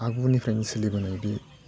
आगुनिफ्रायनो सोलिबोनाय बे